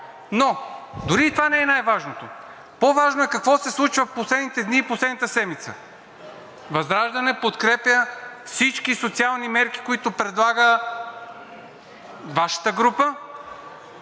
но дори и това не е най-важното. По-важно е какво се случва в последните дни и последната седмица. ВЪЗРАЖДАНЕ подкрепя всички социални мерки, които предлага Вашата група,